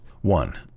one